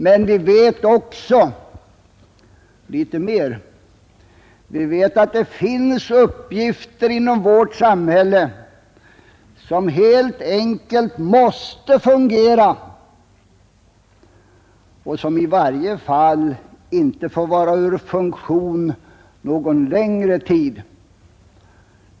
Men vi vet också litet mer; vi vet att det finns verksamheter inom vårt samhälle som helt enkelt måste fungera eller som i varje fall inte får vara ur funktion någon längre tid.